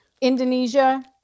Indonesia